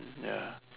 ya